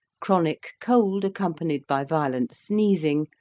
chronic cold accompanied by violent sneezing,